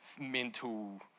mental